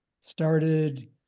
Started